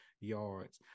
yards